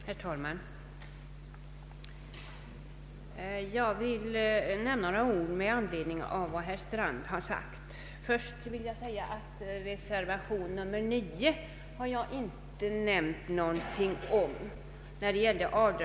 Herr talman! Jag vill säga några ord med anledning av herr Strands anförande. Först vill jag framhålla att jag beträffande avdragsreglerna inte har nämnt någonting om reservation nr 9.